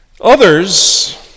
Others